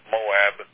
Moab